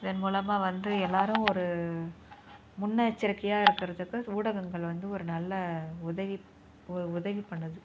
இதன் மூலமாக வந்து எல்லாரும் ஒரு முன்னெச்சரிக்கையாக இருக்கிறதுக்கு ஊடகங்கள் வந்து ஒரு நல்ல உதவி உ உதவி பண்ணுது